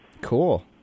Cool